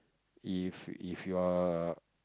if if you are a